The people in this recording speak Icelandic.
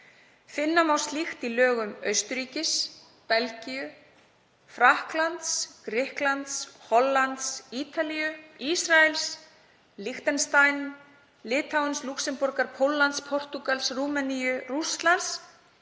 Finna má slíkt í lögum Austurríkis, Belgíu, Frakklands, Grikklands, Hollands, Ítalíu, Ísraels, Liechtensteins, Litáens, Lúxemborgar, Póllands, Portúgals, Rúmeníu, Rússlands,